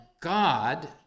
God